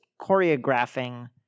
choreographing